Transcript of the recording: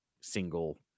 single